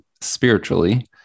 spiritually